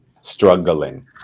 struggling